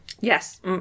Yes